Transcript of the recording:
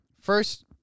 first